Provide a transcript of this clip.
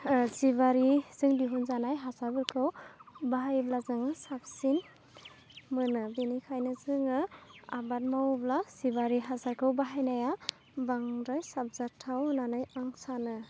जिबारिजों दिहुनजानाय हासारफोरखौ बाहायब्ला जों साबसिन मोनो बेनिखायनो जोङो आबाद मावोब्ला जिबारि हासारखौ बाहायनाया बांद्राय साबजाथाव होन्नानै आं सानो